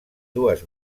dues